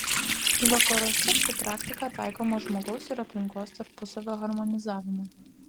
vakaruose ši praktika taikoma žmogaus ir aplinkos tarpusavio harmonizavimui